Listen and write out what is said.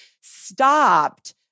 stopped